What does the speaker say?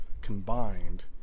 combined